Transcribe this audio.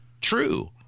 true